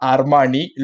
Armani